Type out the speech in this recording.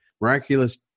Miraculous